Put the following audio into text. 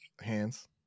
hands